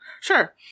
Sure